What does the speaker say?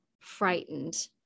frightened